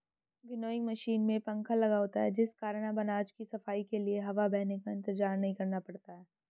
winnowing machine में पंखा लगा होता है जिस कारण अब अनाज की सफाई के लिए हवा बहने का इंतजार नहीं करना पड़ता है